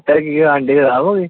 ਹੈਗੀ